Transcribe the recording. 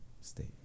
state